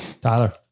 Tyler